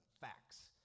facts